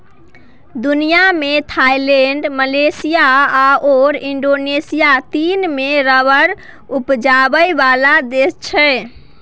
दुनियाँ मे Thailand, Malaysia आओर इंडोनेशिया तीन मेन रबर उपजाबै बला देश छै